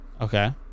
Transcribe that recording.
Okay